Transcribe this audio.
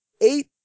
eight